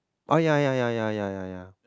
oh ya ya ya ya ya ya ya ya